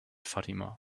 fatima